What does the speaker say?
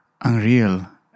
unreal